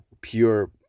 pure